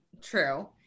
True